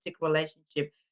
relationship